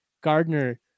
gardner